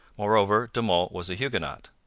moreover, de monts was a huguenot.